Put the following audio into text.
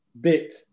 bit